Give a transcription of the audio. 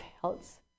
health